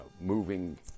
moving